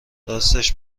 راستش